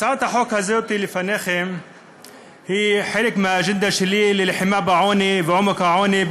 הצעת החוק הזאת לפניכם היא חלק מהאג'נדה שלי ללחימה בעוני ובעומק העוני,